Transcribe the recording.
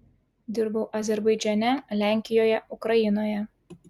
dirbau azerbaidžane lenkijoje ukrainoje